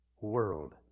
world